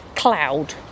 Cloud